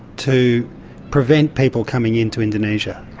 to prevent people coming in to indonesia?